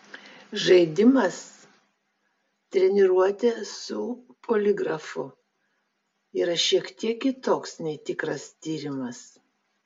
žaidimas treniruotė su poligrafu yra šiek tiek kitoks nei tikras tyrimas